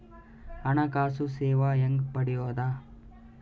ಹಣಕಾಸು ಸೇವಾ ಹೆಂಗ ಪಡಿಯೊದ?